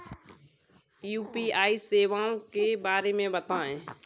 UPI सेवाओं के बारे में बताएँ?